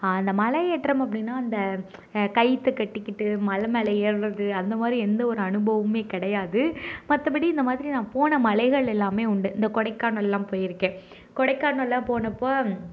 அந்த மலையேற்றம் அப்படின்னா இந்த கையித்த கட்டிக்கிட்டு மலை மேலே ஏர்றது அந்த மாதிரி எந்த ஒரு அனுபவமுமே கிடையாது மற்றபடி இந்த மாதிரி நான் போன மலைகள் எல்லாமே உண்டு இந்த கொடைக்கானல்லாம் போயிருக்கேன் கொடைக்கானல்லாம் போனப்போது